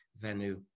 Venu